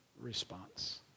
response